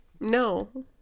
No